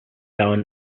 down